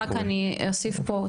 אז רק אני אוסיף פה,